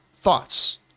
thoughts